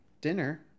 dinner